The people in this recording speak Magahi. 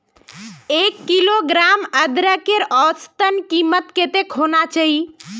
एक किलोग्राम अदरकेर औसतन कीमत कतेक होना चही?